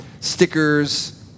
stickers